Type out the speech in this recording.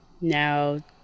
Now